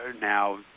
now